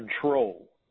control